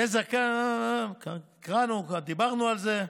"יהיה זכאי" קראנו, דיברנו על זה.